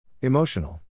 Emotional